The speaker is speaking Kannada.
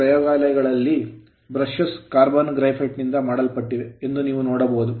ಪ್ರಯೋಗಾಲಯದ ಕಾಲೇಜು ಗಳಲ್ಲೂ brushes ಬ್ರಷ್ ಗಳು carbon graphite ಕಾರ್ಬನ್ ಗ್ರಾಫೈಟ್ ನಿಂದ ಮಾಡಲ್ಪಟ್ಟಿವೆ ಎಂದು ನೀವು ನೋಡಬಹುದು